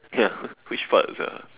ya which part sia